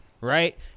right